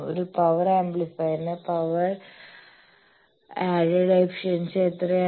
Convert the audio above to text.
ഒരു പവർ ആംപ്ലിഫയറിന് power added efficiency എത്രയാണ്